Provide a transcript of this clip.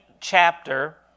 chapter